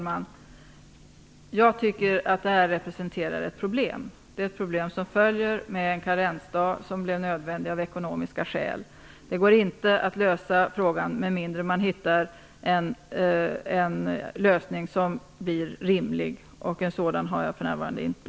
Herr talman! Det här representerar ett problem, som följer med en karensdag som blev nödvändig av ekonomiska skäl. Det går inte att lösa problemet med mindre än att man hittar en lösning som är rimlig. En sådan har jag för närvarande inte.